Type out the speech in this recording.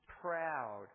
proud